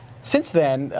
since then,